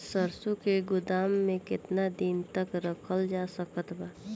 सरसों के गोदाम में केतना दिन तक रखल जा सकत बा?